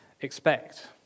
expect